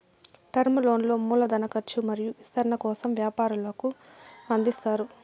term లోన్లు మూల ధన కర్చు మరియు విస్తరణ కోసం వ్యాపారులకు అందిస్తారు